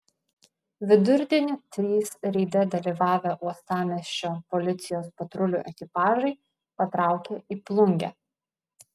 vidurdienį trys reide dalyvavę uostamiesčio policijos patrulių ekipažai patraukė į plungę